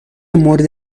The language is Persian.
مورد